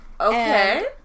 Okay